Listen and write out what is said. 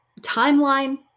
timeline